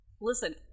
Listen